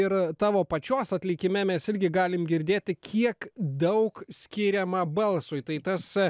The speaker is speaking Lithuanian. ir tavo pačios atlikime mes irgi galim girdėti kiek daug skiriama balsui tai tas